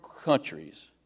countries